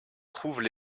trouvent